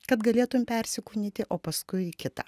kad galėtum persikūnyti o paskui į kitą